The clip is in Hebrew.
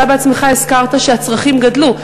אתה בעצמך הזכרת שהצרכים גדלו.